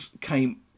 came